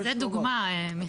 זו דוגמה מיכאל.